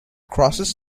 crosses